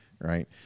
right